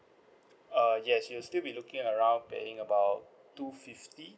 uh yes you'll still be looking around paying about two fifty